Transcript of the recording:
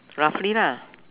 roughly lah